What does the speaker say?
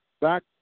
back